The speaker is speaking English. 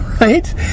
right